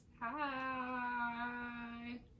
Hi